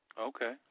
Okay